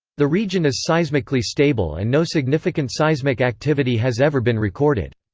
the region is seismically stable and no significant seismic activity has ever been recorded.